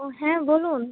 ও হ্যাঁ বলুন